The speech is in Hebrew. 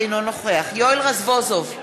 אינו נוכח יואל רזבוזוב,